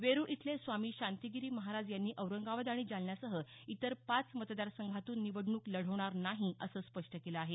वेरुळ इथले स्वामी शांतिगिरी महाराज यांनी औरंगाबाद आणि जालन्यासह इतर पाच मतदार संघातून निवडणूक लढवणार नाही असं स्पष्ट केलं आहे